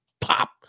Pop